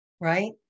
Right